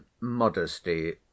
modesty